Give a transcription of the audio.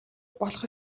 болох